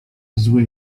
zły